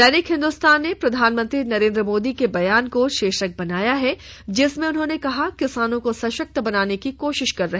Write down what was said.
दैनिक हिन्दुस्तान ने प्रधानमंत्री नरेंद्र मोदी के बयान को शीर्षक बनाया है जिसमें उन्होंने कहा किसानों को सशक्त बनाने की कोशिश कर रहे